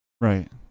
right